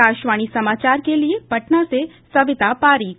आकाशवाणी समाचार के लिए पटना से सविता पारीक